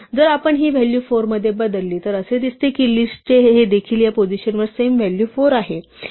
जर आपण हि व्हॅल्यू 4 मध्ये बदलली तर असे दिसते की list 2 चे देखील या पोझिशनवर सेम व्हॅल्यू 4 आहे